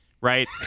right